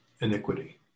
iniquity